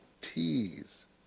T's